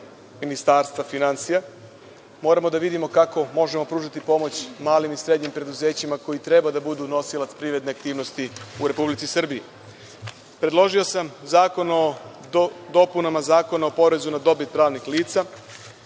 Ministarstva finansija, moramo da vidimo kako možemo da pružimo pomoć malim i srednjim preduzećima koji treba da budu nosilac privredne aktivnosti u Republici Srbiji. Predložio sam zakon o dopunama Zakona o porezu na dobit pravnih lica,